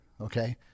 okay